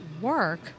work